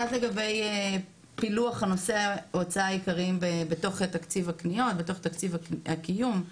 לגבי פילוח ההוצאה העירית בתוך תוכנית הקניות ותקציב הקניות,